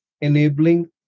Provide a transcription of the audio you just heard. enabling